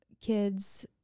kids